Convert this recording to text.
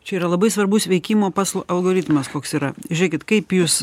čia yra labai svarbus veikimo pats algoritmas koks yra žiūrėkit kaip jūs